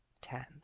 ten